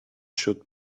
should